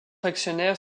actionnaires